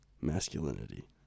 Masculinity